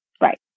Right